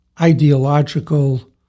ideological